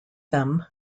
them